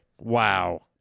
Wow